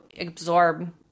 absorb